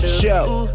show